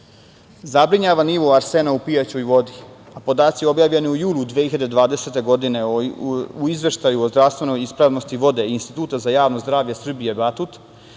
Zabrinjava nivo arsena u pijaćoj vodi, a podaci objavljeni u julu 2020. godine u Izveštaju o zdravstvenoj ispravnosti vode Instituta za javno zdravlje Srbije "Batut"